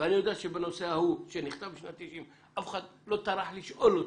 ואני יודע שבנושא ההוא שנכתב בשנת 90' אף אחד לא טרח לשאול אותי,